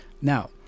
Now